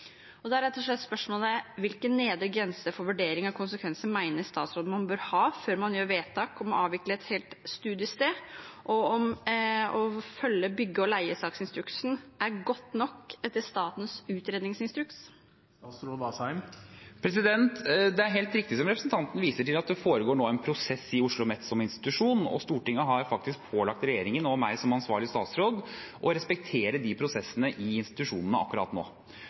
er rett og slett spørsmålet: Hvilken nedre grense for vurdering av konsekvenser mener statsråden man bør ha før man gjør vedtak om å avvikle et helt studiested, og om det å følge instruksen for bygge- og leiesaker er godt nok etter statens utredningsinstruks? Det er helt riktig som representanten viser til, at det foregår nå en prosess i OsloMet som institusjon. Stortinget har faktisk pålagt regjeringen og meg som ansvarlig statsråd å respektere de prosessene i institusjonene akkurat nå.